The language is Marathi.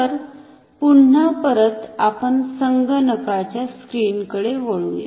तर पुन्हा परत आपण संगणकाच्या स्क्रीन कडे वळूया